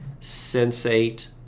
sensate